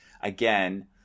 again